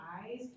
eyes